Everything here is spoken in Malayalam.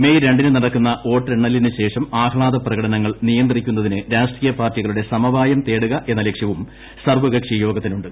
മെയ് രണ്ടിന് നടക്കുന്ന വോട്ടെണ്ണലിന് ശേഷം ആഹ്ളാദ പ്രകടനങ്ങൾ നിയന്ത്രിക്കുന്നതിന് രാഷ്ട്രീയ പാർട്ടികളുടെ സമവായം തേടുകയെന്ന ലക്ഷ്യവും സർവകക്ഷി യോഗത്തിനുണ്ട്